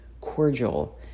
cordial